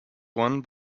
won